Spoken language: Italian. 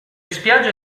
spiagge